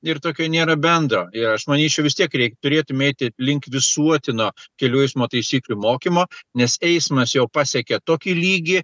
ir tokio nėra bendro ir aš manyčiau vis tiek reik turėt mėti aplink visuotino kelių eismo taisyklių mokymo nes eismas jau pasiekė tokį lygį